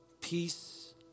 peace